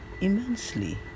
immensely